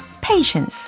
patience